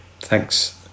Thanks